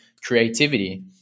creativity